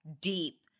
deep